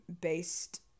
based